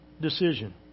decision